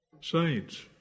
Saints